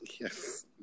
Yes